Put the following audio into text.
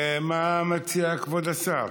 מה מציע כבוד השר?